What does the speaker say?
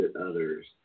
others